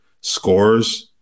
scores